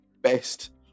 best